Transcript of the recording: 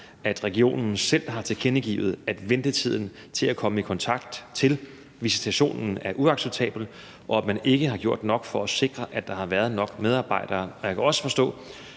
at regionen selv har tilkendegivet, at ventetiden til at komme i kontakt til visitationen er uacceptabel, og at man ikke har gjort nok for at sikre, at der har været nok medarbejdere. Jeg kan også forstå,